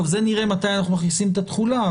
נראה מתי אנחנו מכניסים את התחולה,